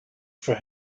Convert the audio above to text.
for